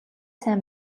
сайн